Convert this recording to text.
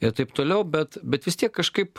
ir taip toliau bet bet vis tiek kažkaip